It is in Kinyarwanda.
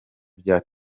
bya